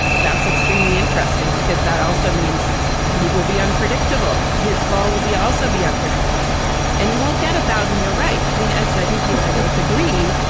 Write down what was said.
that's extremely interesting, because that also means he will be unpredictable. his fall will be also be unpredictable and he won't get a thousand year reich. i mean, as i think you and i both agree,